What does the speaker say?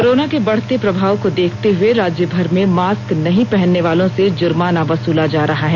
corona के बढ़ते प्रभाव को देखते हुए राज्यभर में मास्क नहीं पहनने वालों से जुर्माना वसूला जा रहा है